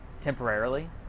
temporarily